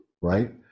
right